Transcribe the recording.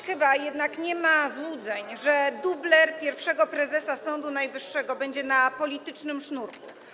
Chyba jednak nikt nie ma złudzeń, że dubler pierwszego prezesa Sądu Najwyższego będzie na politycznym sznurku.